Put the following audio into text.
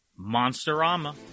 Monsterama